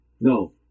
No